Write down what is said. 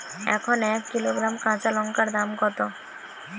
এখন এক কিলোগ্রাম কাঁচা লঙ্কার দাম কত?